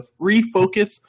refocus